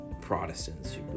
Protestants